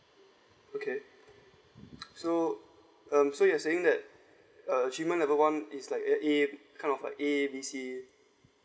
okay so um so you're saying that achievement level one is like A kind of like A B C